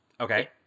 Okay